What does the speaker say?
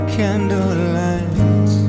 candlelight